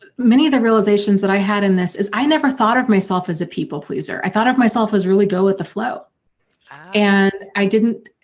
many of the realizations that i had in this is i never thought of myself as a people pleaser, i thought of myself was really go with the flow and i didn't.